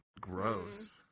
Gross